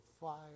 fire